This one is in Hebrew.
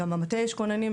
גם במטה יש כוננים,